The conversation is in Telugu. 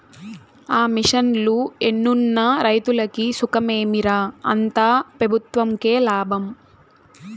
ఆ మిషన్లు ఎన్నున్న రైతులకి సుఖమేమి రా, అంతా పెబుత్వంకే లాభం